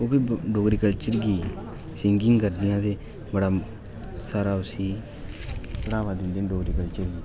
ते ओह्बी डोगरी कल्चर गी सिंगिंग करदे न ते बढ़ावा सारा उसी बढ़ावा दिंदे न डोगरी कल्चर गी